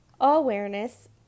Awareness